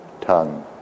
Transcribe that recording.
tongue